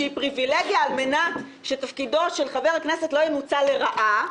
שהיא פריבילגיה על מנת שתפקידו של חבר הכנסת לא ינוצל לרעה,